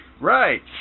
Right